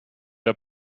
der